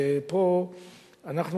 ופה אנחנו,